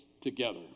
together